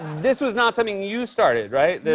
this was not something you started, right?